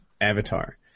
Avatar